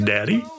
Daddy